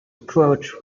approach